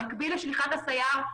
במקביל לשליחת הסייר,